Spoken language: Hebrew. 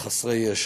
וחסרי ישע,